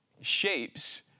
shapes